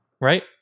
Right